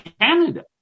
Canada